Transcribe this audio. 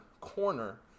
corner